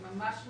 אני ממש מקווה.